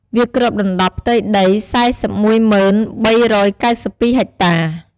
វាគ្របដណ្តប់ផ្ទៃដី ៤១០ ៣៩២ ហិចតា។